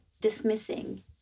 dismissing